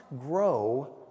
grow